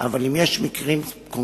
אבל אם יש מקרים קונקרטיים,